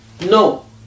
No